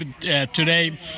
today